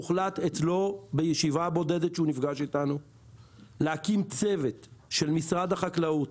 הוחלט אצלו בישיבה הבודדת שהוא נפגש איתנו להקים צוות של משרד החקלאות